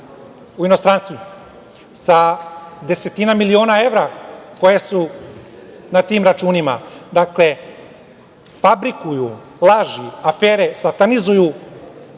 u inostranstvu, sa desetina miliona evra koje su na tim računima, dakle, fabrikuju laži, afere, satanizuju